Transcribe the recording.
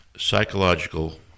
psychological